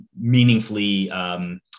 meaningfully